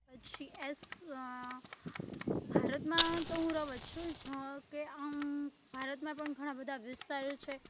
પછી એસ ભારતમાં તો હું રહું જ છું જકે આમ ભારતમાં પણ ઘણાં બધાં વિસ્તાર છે